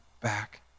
back